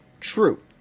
True